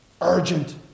urgent